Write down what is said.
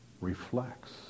reflects